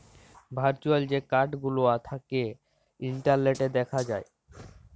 virtual যে card গুলা থ্যাকে ইলটারলেটে দ্যাখা যায়